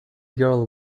girl